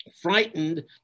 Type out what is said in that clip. Frightened